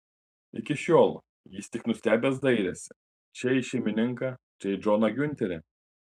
iki šiol jis tik nustebęs dairėsi čia į šeimininką čia į džoną giunterį